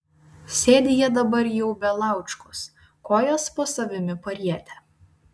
sėdi jie dabar jau be laučkos kojas po savimi parietę